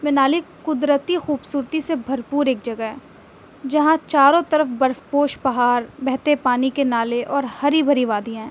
مینالی قدرتی خوبصورتی سے بھرپور ایک جگہ ہے جہاں چاروں طرف برف پوش پہاڑ بہتے پانی کے نالے اور ہری بھری وادیاں ہیں